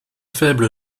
faible